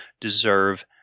deserve